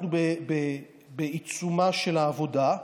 אנחנו בעיצומה של העבודה.